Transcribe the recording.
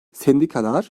sendikalar